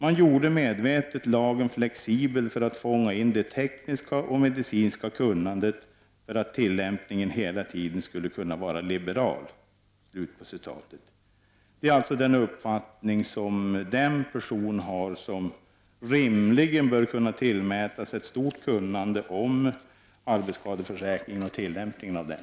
Man gjorde medvetet lagen flexibel för att fånga in det tekniska och medicinska kunnandet för att tillämpningen hela tiden skulle kunna vara liberal.” Det är alltså den uppfattning den person har som rimligen bör kunna tillmätas ett stort kunnande om arbetsskadeförsäkringen och tillämpningen av den.